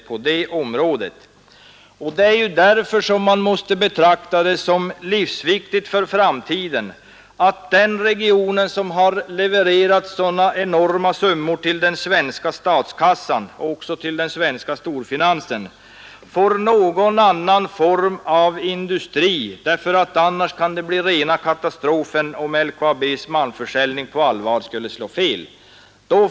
Man måste därför betrakta det som livsviktigt för framtiden att denna region, som har levererat sådana enorma summor till den svenska statskassan — och också till den svenska storfinansen — får någon form av annan industri. Annars kan det bli rena katastrofen om LKAB:s malmförsäljning på allvar skulle slå fel.